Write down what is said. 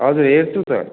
हजुर हेर्छु त